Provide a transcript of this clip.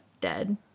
dead